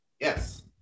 yes